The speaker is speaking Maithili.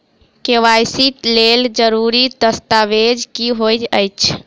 के.वाई.सी लेल जरूरी दस्तावेज की होइत अछि?